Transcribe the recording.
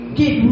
get